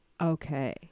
Okay